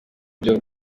byo